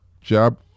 job